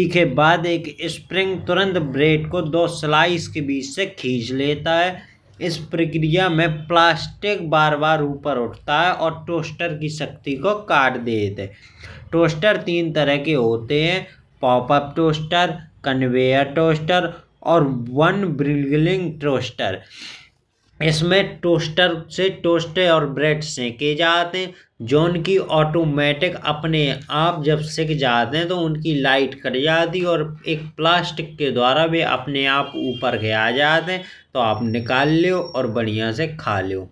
एके खराब एक स्प्रिंग तुरंट ब्रेड को दो स्लाइस के बीच से खींच लेता है। इस प्रक्रिया में प्लास्टिक बार बार ऊपर उठाता है और टोस्टर की शक्ति को काट देता है। टोस्टर तीन तरह के होते पॉपअप टोस्टर कन्वेयर टोस्टर और एक लाने वाला। टोस्टर एस्मे टोस्टर और ब्रेड सेके जात है जॉन की ऑटोमैटिक अपने आप जब सीख जाते हैं। तो उनकी लाइट कट जाती है और एक प्लास्टिक के द्वार भी अपने आप ऊपर आ जाते हैं। तो आप निकल जाते हैं लो और बढ़िया से खा लेओ।